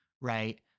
right